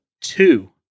two